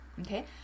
okay